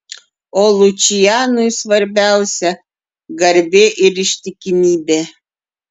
o lučianui svarbiausia garbė ir ištikimybė